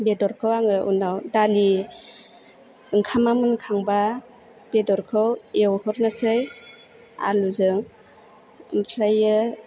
बेदरखौ आङो उनाव दालि ओंखामा मोनखांबा बेदरखौ एवहरनोसै आलुजों ओमफ्रायो